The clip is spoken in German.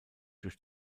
durch